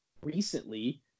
Recently